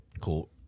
Cool